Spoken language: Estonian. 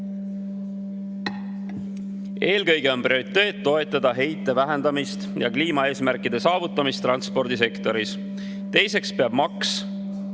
Eelkõige on prioriteet toetada heite vähendamist ja kliimaeesmärkide saavutamist transpordisektoris. Teiseks peab maks